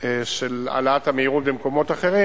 של העלאת המהירות במקומות אחרים,